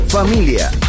Familia